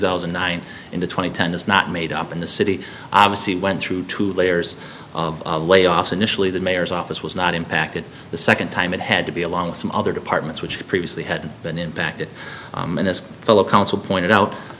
thousand and nine into twenty ten is not made up the city obviously went through two layers of layoffs initially the mayor's office was not impacted the second time it had to be along with some other departments which previously hadn't been impacted and as fellow council pointed out